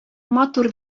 матур